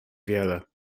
wiele